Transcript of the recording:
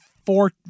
Four